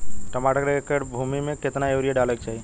टमाटर के एक एकड़ भूमि मे कितना यूरिया डाले के चाही?